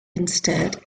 instead